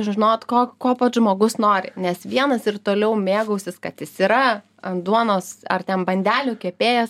žinot ko ko pats žmogus nori nes vienas ir toliau mėgausis kad jis yra ant duonos ar ten bandelių kepėjas